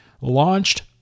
launched